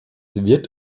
wird